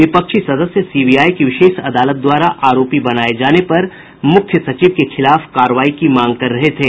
विपक्षी सदस्य सीबीआई की विशेष अदालत द्वारा आरोपी बनाये जाने पर मुख्य सचिव के खिलाफ कार्रवाई की मांग कर रहे थे